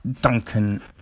Duncan